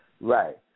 Right